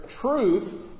Truth